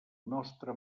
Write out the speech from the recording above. nostre